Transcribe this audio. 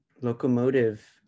locomotive